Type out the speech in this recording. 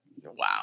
Wow